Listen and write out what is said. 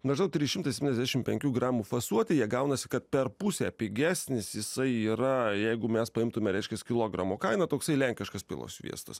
maždaug trys šimtai septyniasdešim penkių gramų fasuotėje gaunasi kad per pusę pigesnis jisai yra jeigu mes paimtume reiškias kilogramo kainą toksai lenkiškas pilos sviestas